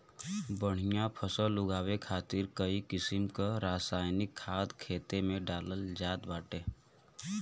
बढ़िया फसल उगावे खातिर कई किसिम क रासायनिक खाद खेते में डालल जात बाटे